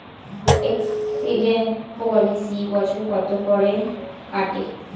Accident policy বছরে কত করে কাটে?